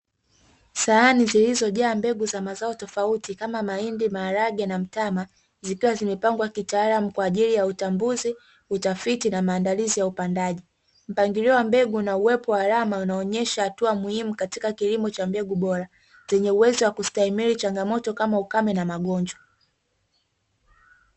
Sahani zilizojaa mbegu za mazao tofauti kama mahindi, maharage na mtama, zikiwa zimepangwa kitaalamu kwa ajili ya utambuzi, utafiti na maandalizi ya upandaji. Mpangilio wa mbegu na uwepo wa alama, unaonesha hatua muhimu katika kilimo cha mbegu bora, zenye wazo wa kustahimili changamoto kama ukame na magonjwa.